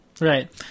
Right